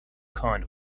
kind